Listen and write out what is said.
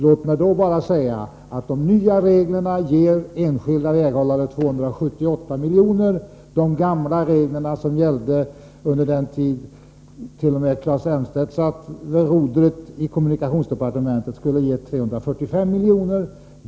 Låt mig då bara säga att de reglerna ger enskilda väghållare 278 milj.kr., medan de gamla regler som gällde t.o.m. då Claes Elmstedt satt vid rodret i kommunikationsdepartementet skulle ha gett 345 milj.kr.